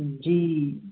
जी